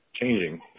changing